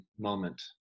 moment